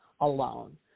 alone